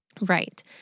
Right